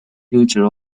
future